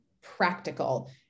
practical